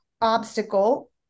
obstacle